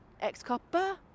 ex-copper